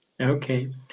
Okay